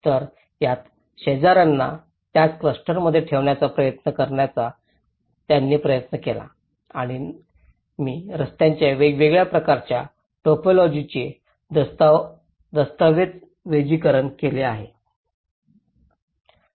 तर त्याच शेजार्यांना त्याच क्लस्टरमध्ये ठेवण्याचा प्रयत्न करण्याचा त्यांनी प्रयत्न केला आणि मी रस्त्यांच्या वेगवेगळ्या प्रकारच्या टायपोलॉजीजचे दस्तऐवजीकरण केले आहे